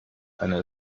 einer